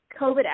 COVID